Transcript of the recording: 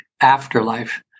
afterlife